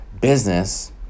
business